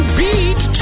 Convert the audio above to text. beat